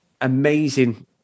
amazing